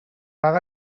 paga